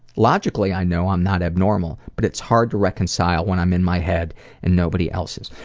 logically i know i'm not abnormal but it's hard to reconcile when i'm in my head and nobody else's.